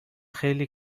خیلی